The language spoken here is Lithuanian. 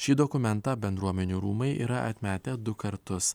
šį dokumentą bendruomenių rūmai yra atmetę du kartus